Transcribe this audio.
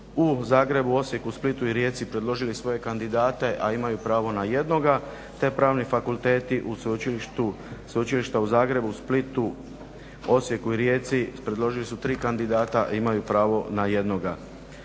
u Zagrebu, Osijeku, Splitu u Rijeci predložili svoje kandidate a imaju pravo na jednoga, te Pravni fakulteti sveučilišta u Zagrebu, Splitu, Osijeku i Rijeci predložili su tri kandidata a imaju pravo na jednoga.